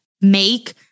make